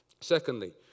Secondly